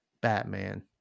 Batman